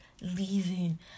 leaving